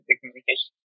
communication